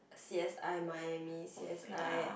C_s_i miami c_s_i